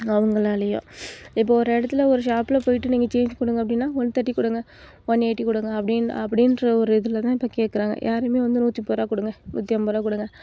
அவங்களாலையும் இப்போ ஒரு இடத்துல ஒரு ஷாப்பில் போய்ட்டு நீங்கள் சேன்ஜ் கொடுங்க அப்படின்னா ஒன் தர்ட்டி கொடுங்க ஒன் எய்ட்டி கொடுங்க அப்படின்னு அப்படின்ற ஒரு இதில் தான் இப்போ கேட்குறாங்க யாரையுமே வந்து வந்து நூற்று முப்பது ரூபா கொடுங்க நூற்று ஐம்பது ரூபா கொடுங்க